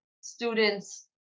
students